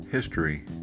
History